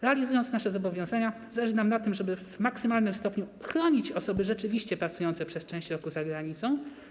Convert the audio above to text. Realizujemy nasze zobowiązania i zależy nam na tym, żeby w maksymalnym stopniu chronić osoby rzeczywiście pracujące przez część roku za granicą.